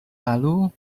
lalu